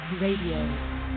Radio